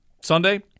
Sunday